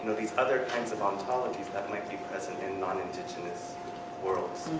these other kinds of ontologies that might be present in non-indigenous worlds.